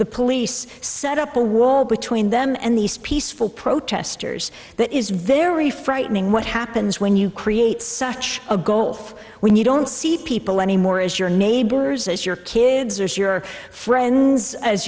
the police set up a wall between them and these peaceful protesters that is very frightening what happens when you create such a gulf when you don't see people anymore as your neighbors as your kids or your friends as